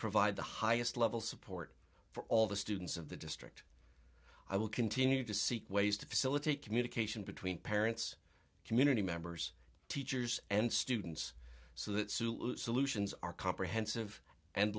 provide the highest level support for all the students of the district i will continue to seek ways to facilitate communication between parents community members teachers and students so that suit solutions are comprehensive and